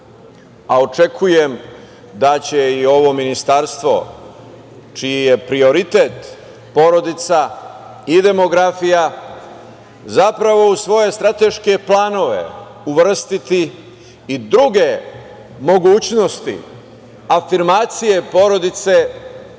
a očekujem da će i ovo ministarstvo čiji je prioritet porodica i demografija zapravo u svoje strateške planove uvrstiti i druge mogućnosti afirmacije porodice